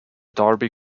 derby